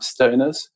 stoners